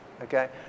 okay